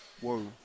whoa